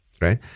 right